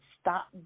stop